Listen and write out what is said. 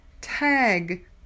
Tag